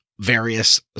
various